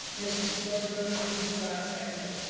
mrs. fluor moved, mrs. black seconded.